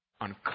on